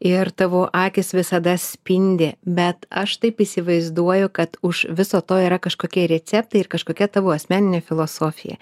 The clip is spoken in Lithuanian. ir tavo akys visada spindi bet aš taip įsivaizduoju kad už viso to yra kažkokie receptai ir kažkokia tavo asmeninė filosofija